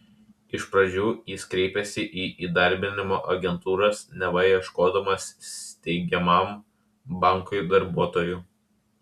iš pradžių jis kreipėsi į įdarbinimo agentūras neva ieškodamas steigiamam bankui darbuotojų